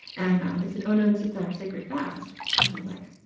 and they said, oh no, this is our sacred fast. and i was like,